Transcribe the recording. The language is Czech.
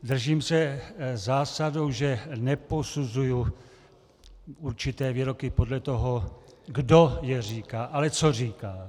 Držím se zásady, že neposuzuji určité výroky podle toho, kdo je říká, ale co říká.